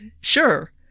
sure